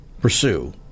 pursue